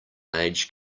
age